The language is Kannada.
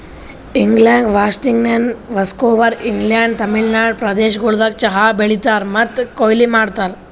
England, Washington, Vancouver island, Tamil Nadu ಪ್ರದೇಶಗೊಳ್ದಾಗ್ ಚಹಾ ಬೆಳೀತಾರ್ ಮತ್ತ ಕೊಯ್ಲಿ ಮಾಡ್ತಾರ್